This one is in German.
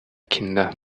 kinder